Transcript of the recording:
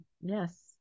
yes